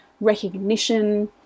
recognition